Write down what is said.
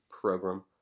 program